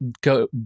go